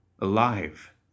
Alive